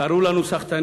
קראו לנו סחטנים,